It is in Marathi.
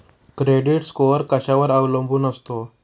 क्रेडिट स्कोअर कशावर अवलंबून असतो?